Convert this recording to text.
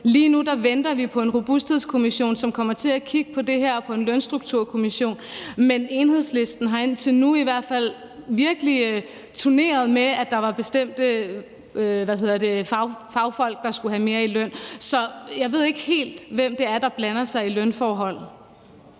Lige nu venter vi på en robusthedskommission, som kommer til at kigge på det her, og på en lønstrukturkommission. Men Enhedslisten har, indtil nu i hvert fald, virkelig turneret med, at der var bestemte faggrupper, der skulle have mere i løn. Så jeg ved ikke helt, hvem det er, der blander sig i lønforhold.